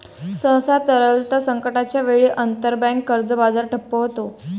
सहसा, तरलता संकटाच्या वेळी, आंतरबँक कर्ज बाजार ठप्प होतो